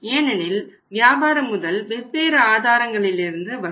ஏனெனில் வியாபார முதல் வெவ்வேறு ஆதாரங்களிலிருந்து வரும்